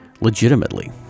legitimately